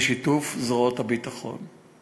בשיתוף זרועות הביטחון.